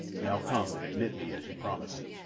now come and admit me as you promised.